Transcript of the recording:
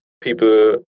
people